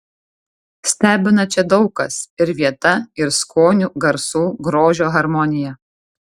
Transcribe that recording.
stebina čia daug kas ir vieta ir skonių garsų grožio harmonija